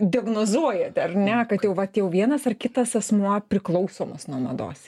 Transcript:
diagnozuojate ar ne kad jau vat jau vienas ar kitas asmuo priklausomas nuo mados